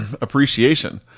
appreciation